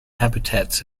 habitats